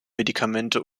medikamente